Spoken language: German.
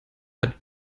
hat